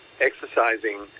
exercising